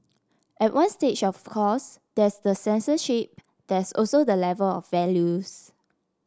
at one stage of course there's the censorship there's also the level of values